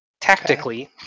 Tactically